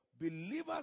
believers